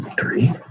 three